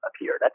appeared